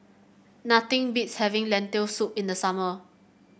nothing beats having Lentil Soup in the summer